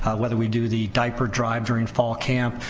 whether we do the diaper drive during fall camp,